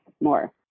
more